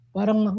Parang